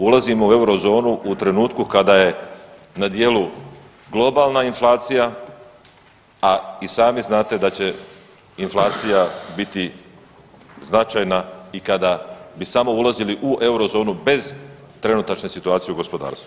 Ulazimo u euro zonu u trenutku kada je na djelu globalna inflacija, a i sami znate da će inflacija biti značajna i kada bi samo ulazili u euro zonu bez trenutačne situacije u gospodarstvu.